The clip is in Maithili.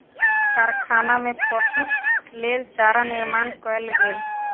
कारखाना में पशुक लेल चारा निर्माण कयल गेल